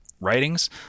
writings